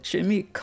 Jimmy